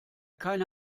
keine